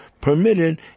permitted